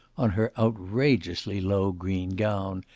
on her outrageously low green gown,